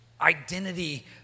identity